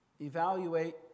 Evaluate